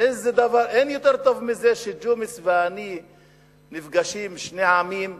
אין יותר מזה שג'ומס ואני נפגשים, שני העמים,